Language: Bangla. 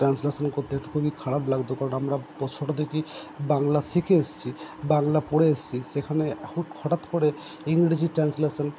ট্রান্সলেশান করতে খুবই খারাপ লাগতো কারণ আমরা ছোটো থেকেই বাংলা শিখে এসছি বাংলা পড়ে এসছি সেখানে হুট হঠাৎ করে ইংরেজি ট্রান্সলেশান